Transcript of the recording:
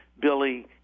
Billy